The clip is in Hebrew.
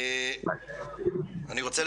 אני רוצה